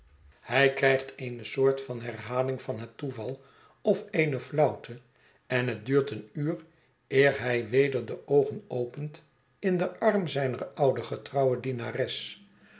hij krijgt eene soort van herhaling van het toeval of eenê flauwte en het duurt een uur eer hij weder de oogen opent in den arm zijner oude getrouwe dienares